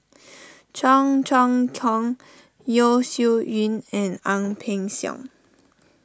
Cheong Choong Kong Yeo Shih Yun and Ang Peng Siong